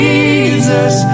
Jesus